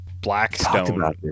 Blackstone